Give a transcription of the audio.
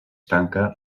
tanca